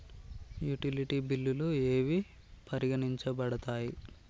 Utility బిల్లులు ఏవి పరిగణించబడతాయి?